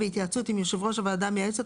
בהתייעצות עם יושב ראש הוועדה המייעצת,